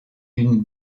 une